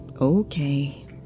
Okay